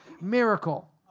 miracle